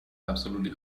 absolutely